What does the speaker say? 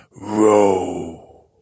Row